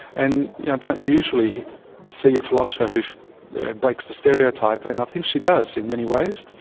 and yeah don't usually see a philosopher who breaks the stereotype, and i think she does, in many ways.